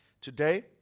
today